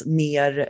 mer